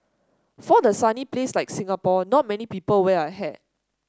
for a sunny place like Singapore not many people wear a hat